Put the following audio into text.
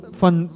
van